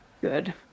Good